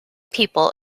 people